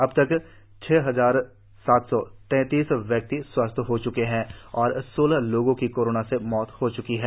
अबतक छह हजार सात सौ तैतालीस व्यक्ति स्वस्थ हो च्के है और सोलह लोगों की कोरोना से मौत हो च्की है